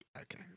Okay